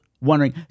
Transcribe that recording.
wondering